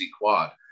Quad